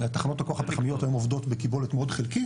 ותחנות הכוח הפחמיות היום עובדות בקיבולת מאוד חלקית,